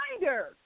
reminder